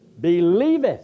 believeth